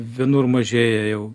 vienur mažėja jau